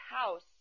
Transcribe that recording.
House